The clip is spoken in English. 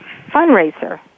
fundraiser